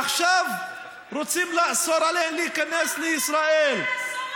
עכשיו רוצים לאסור עליהן להיכנס לישראל.